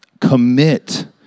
commit